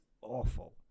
awful